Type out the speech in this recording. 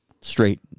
straight